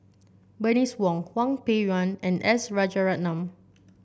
Bernice Wong Hwang Peng Yuan and S Rajaratnam